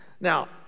Now